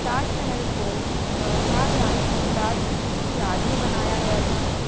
ताज महल को शाहजहाँ ने मुमताज़ जी की याद में बनाया गया था